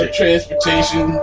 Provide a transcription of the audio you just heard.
transportation